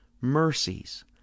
mercies